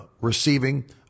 receiving